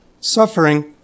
suffering